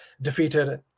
defeated